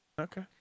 Okay